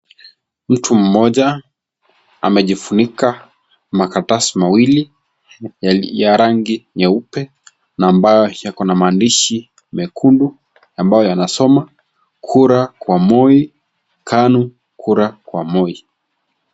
Mtu mmoja amejifunika makaratasi mawili, ya rangi nyeupe na ambayo yako na maandishi mekundu. Ambayo yanasoma, Kura Kwa Moi, KANU Kura Kwa Moi.